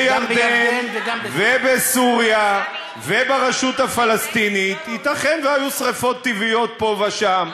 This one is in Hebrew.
בירדן ובסוריה וברשות הפלסטינית ייתכן שהיו שרפות טבעיות פה ושם.